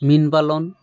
মীন পালন